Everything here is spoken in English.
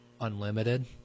unlimited